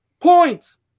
Points